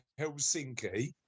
Helsinki